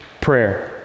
Prayer